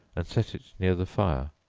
and set it near the fire,